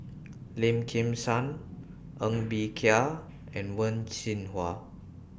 Lim Kim San Ng Bee Kia and Wen Jinhua